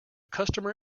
customer